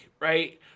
right